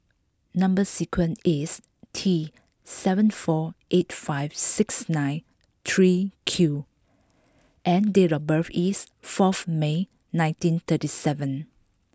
number sequence is T seven four eight five six nine three Q and date of birth is fourth May nineteen thirty seven